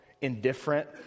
indifferent